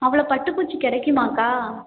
அவ்வளோவு பட்டுப்பூச்சி கிடைக்குமாக்கா